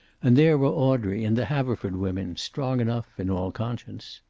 and there were audrey and the haverford women, strong enough, in all conscience.